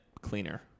cleaner